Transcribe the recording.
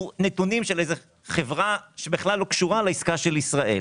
נתונים של איזו חברה שבכלל לא קשורה לעסקה של ישראל.